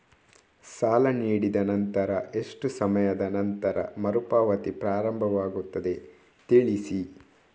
ಸಾಲ ನೀಡಿದ ನಂತರ ಎಷ್ಟು ಸಮಯದ ನಂತರ ಮರುಪಾವತಿ ಪ್ರಾರಂಭವಾಗುತ್ತದೆ ತಿಳಿಸಿ?